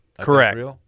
Correct